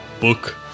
book